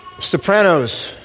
Sopranos